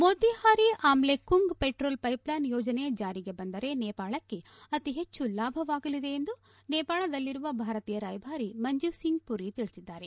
Motihari Amlekhganj petrol pipeline ಯೋಜನೆ ಜಾರಿಗೆ ಬಂದರೆ ನೇಪಾಳಕ್ಕೆ ಅತಿ ಹೆಚ್ಚು ಲಾಭವಾಗಲಿದೆ ಎಂದು ನೇಪಾಳದಲ್ಲಿರುವ ಭಾರತೀಯ ರಾಯಭಾರಿ ಮಂಜೀವ್ ಸಿಂಗ್ ಪುರಿ ತಿಳಿಸಿದ್ದಾರೆ